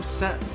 set